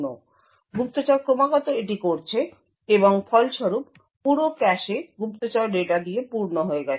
সুতরাং গুপ্তচর ক্রমাগত এটি করছে এবং ফলস্বরূপ পুরো ক্যাশে গুপ্তচর ডেটা দিয়ে পূর্ণ হয়ে গেছে